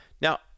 now